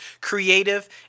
creative